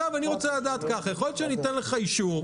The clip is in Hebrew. אני רוצה לדעת כך: יכול להיות שאתן לך אישור,